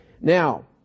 Now